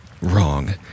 wrong